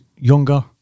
younger